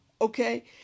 Okay